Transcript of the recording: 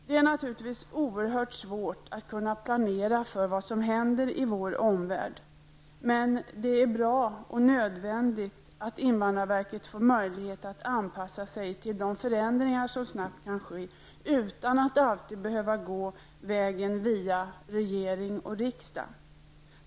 Det är naturligtvis oerhört svårt att kunna planera för vad som händer i vår omvärld, men det är bra och nödvändigt att invandrarverket får möjlighet att anpassa sig till de förändringar som snabbt kan ske utan att alltid behöva gå vägen över regering och riksdag.